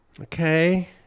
Okay